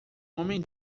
homem